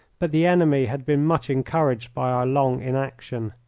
but the enemy had been much encouraged by our long inaction.